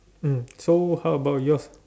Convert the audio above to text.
mm so how about yours